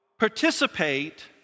participate